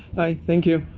thank you.